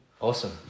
Awesome